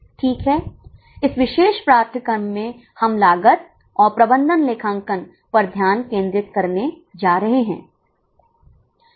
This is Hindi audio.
ठीक है इस विशेष पाठ्यक्रम में हम लागत और प्रबंधन लेखांकन पर ध्यान केंद्रित करने जा रहे हैं